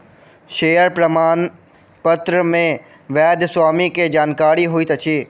share प्रमाणपत्र मे वैध स्वामी के जानकारी होइत अछि